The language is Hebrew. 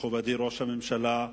מכובדי ראש הממשלה,